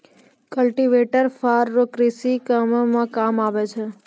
cultivator फार रो कृषि करै मे काम आबै छै